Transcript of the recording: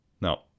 Now